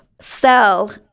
sell